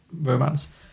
romance